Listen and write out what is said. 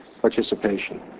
participation